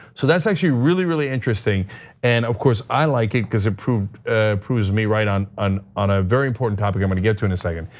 so that's actually really, really interesting and of course, i like it cuz it proves proves me right on on a very important topic i'm gonna get to in a second.